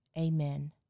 amen